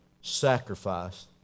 sacrifice